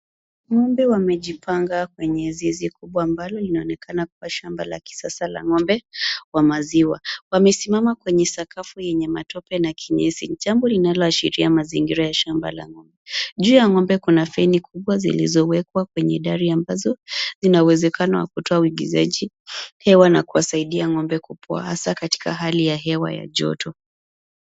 Ng'ombe wamejipanga kwenye zizi kubwa ambalo linaonekana kuwa shamba la kisasa la ng'ombe wa maziwa. Wamesimama kwenye sakafu yenye matope na kinyesi jambo linaloashiria mazingira ya shamba la ng'ombe. Juu ya ng'ombe kuna feni kubwa zilizowekwa kwenye dari ambazo zinauwezekano wa kutoa uingizaji hewa na kuwasaidia ng'ombe kupoa hasa katika hali ya hewa ya joto.